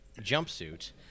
jumpsuit